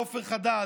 עופר חדד,